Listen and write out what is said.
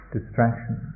distraction